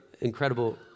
incredible